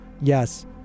yes